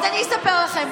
אז אני אספר לכם.